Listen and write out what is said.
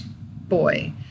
boy